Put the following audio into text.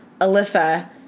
Alyssa